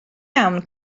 iawn